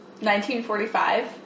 1945